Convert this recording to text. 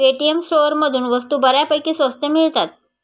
Paytm स्टोअरमधून वस्तू बऱ्यापैकी स्वस्त मिळतात